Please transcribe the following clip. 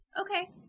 Okay